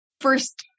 First